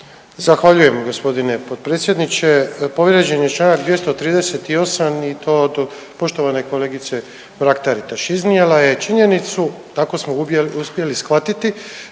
Zahvaljujem g. potpredsjedniče. Povrijeđen je čl. 238. i to od poštovane kolegice Mrak-Taritaš. Iznijela je činjenicu, tako smo uspjeli shvatiti,